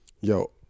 yo